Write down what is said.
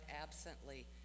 absently